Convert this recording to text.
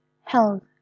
health